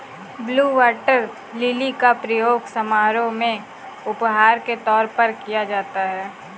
blue water lily का प्रयोग समारोह में उपहार के तौर पर किया जाता है